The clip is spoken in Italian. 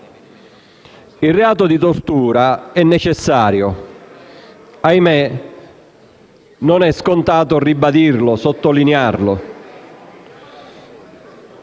il reato di tortura è necessario. Ahimè, non è scontato ribadirlo e sottolinearlo.